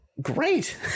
Great